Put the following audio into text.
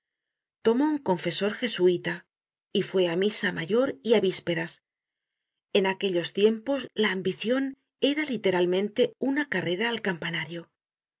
tomó un confesor jesuita y fué á misa mayor y á vísperas en aquellos tiempos la ambicion era literalmente una carrera al campana